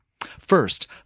First